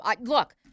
Look